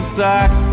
back